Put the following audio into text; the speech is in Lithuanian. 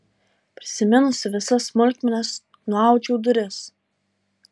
prisiminusi visas smulkmenas nuaudžiau duris